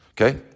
okay